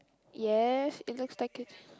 yes it looks like it